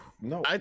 No